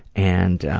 and